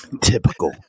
Typical